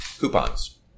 coupons